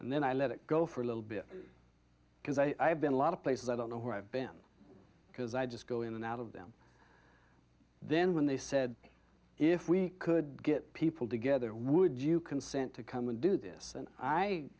and then i let it go for a little bit because i have been a lot of places i don't know where i've been because i just go in and out of them then when they said if we could get people together would you consent to come and do this and i